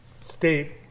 state